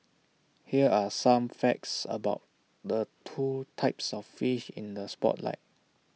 here are some facts about the two types of fish in the spotlight